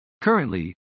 Currently